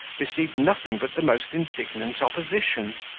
received nothing but the most indignant opposition,